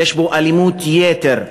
יש בו אלימות יתר,